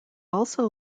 also